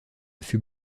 fut